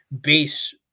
base